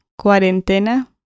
cuarentena